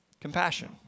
compassion